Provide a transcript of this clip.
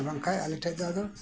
ᱟᱨ ᱵᱟᱝ ᱠᱷᱟᱱ ᱟᱞᱮ ᱴᱷᱮᱡ ᱫᱚ ᱟᱫᱚ